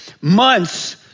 months